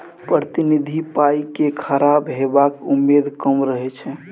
प्रतिनिधि पाइ केँ खराब हेबाक उम्मेद कम रहै छै